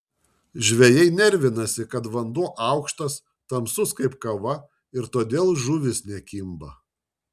žvejai nervinasi kad vanduo aukštas tamsus kaip kava ir todėl žuvys nekimba